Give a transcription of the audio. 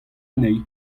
anezhi